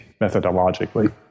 methodologically